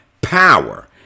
power